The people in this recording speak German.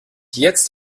jetzt